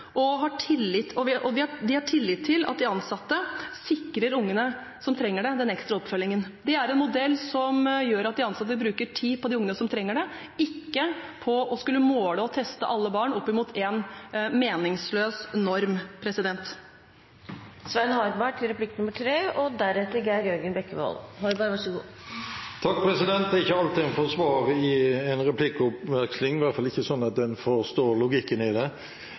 De har tillit til at de ansatte sikrer ungene som trenger det, den ekstra oppfølgingen. Det er en modell som gjør at de ansatte bruker tid på de ungene som trenger det, ikke på å skulle måle og teste alle barn opp mot én meningsløs norm. Det er ikke alltid en får svar i en replikkveksling, i hvert fall ikke slik at en forstår logikken i det.